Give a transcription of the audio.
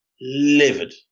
livid